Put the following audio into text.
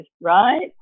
right